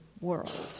world